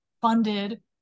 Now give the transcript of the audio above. funded